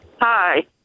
Hi